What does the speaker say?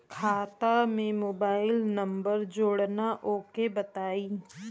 खाता में mobile number जोड़ना ओके बताई?